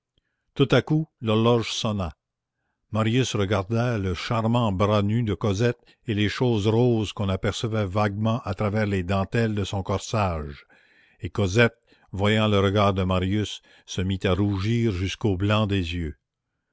tout à coup l'horloge sonna marius regarda le charmant bras nu de cosette et les choses roses qu'on apercevait vaguement à travers les dentelles de son corsage et cosette voyant le regard de marius se mit à rougir jusqu'au blanc des yeux